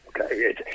okay